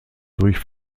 durch